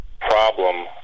problem